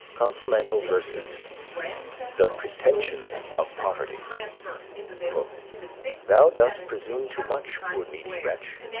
complemental verses the pretensions of poverty thou dost presume too much, poor needy wretch,